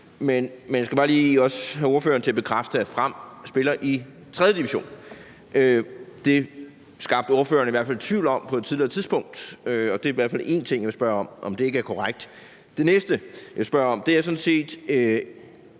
Men jeg skal også bare lige have ordføreren til at bekræfte, at Boldklubben Frem spiller i 3. division. Det skabte ordføreren tvivl om på et tidligere tidspunkt, og det er i hvert fald en ting, jeg vil spørge om ikke er korrekt. Det næste, jeg vil spørge om, handler om, at